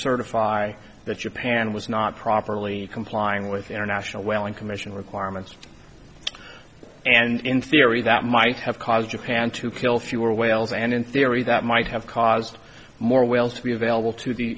certify that your parent was not properly complying with international whaling commission requirements and in theory that might have caused japan to kill fewer whales and in theory that might have caused more whales to be available to the